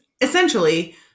essentially